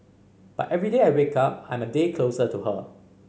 but every day I wake up I'm a day closer to her